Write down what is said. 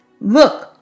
Look